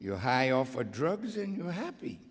you're high off for drugs and you happy